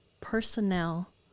personnel